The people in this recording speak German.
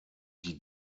die